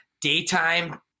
daytime